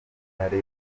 harare